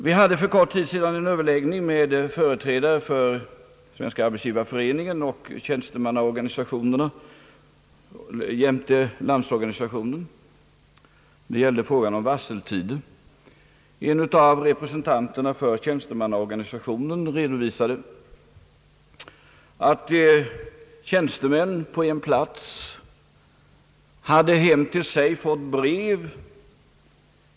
Vi hade för kort tid sedan en överläggning med företrädare för SAF och tjänstemannaorganisationerna jämte LO. Det gällde frågan om varseltider. En av representanterna för tjänstemannaorganisationerna «redovisade, «att tjänstemän på en plats hade fått brev hem till sin bostad från företaget.